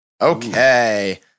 Okay